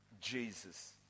Jesus